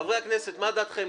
חברי הכנסת, מה דעתכם?